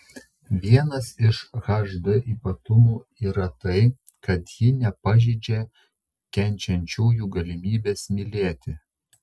vienas iš hd ypatumų yra tai kad ji nepažeidžia kenčiančiųjų galimybės mylėti